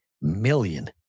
million